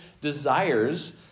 desires